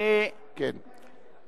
(חברת הכנסת יוליה ברקוביץ-שמאלוב